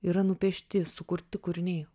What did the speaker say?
yra nupiešti sukurti kūriniai